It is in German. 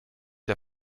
der